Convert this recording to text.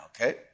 okay